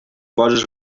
poses